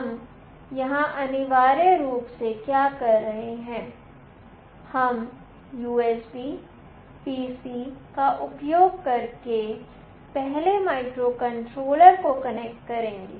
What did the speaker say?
हम यहां अनिवार्य रूप से क्या कर रहे हैं हम USB PC का उपयोग करके पहले माइक्रोकंट्रोलर को कनेक्ट करेंगे